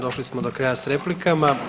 Došli smo do kraja s replikama.